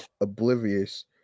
oblivious